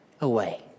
away